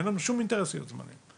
אין לנו שום אינטרס להיות זמניים.